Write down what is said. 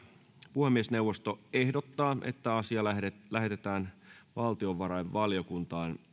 puhemiesneuvosto ehdottaa että asia lähetetään valtiovarainvaliokuntaan